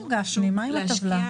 שיש להשקיע